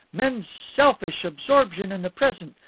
men's selfish absorption in the present,